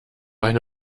eine